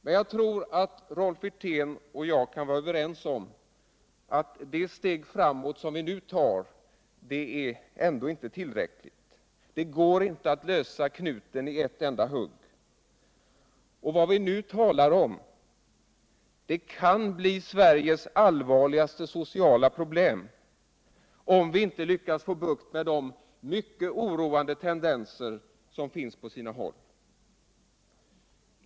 Men jag tror att Rolf Wirtén och jag kan vara överens om att det steg framåt som man nu tar ändå inte är tillräckligt — det går inte att lösa knuten i ett enda hugg. Vad vi nu talar om kan bli Sveriges allvarligaste sociala problem. om vi inte lyckas få bukt med de mycket oroande tendenser som finns på sina håll.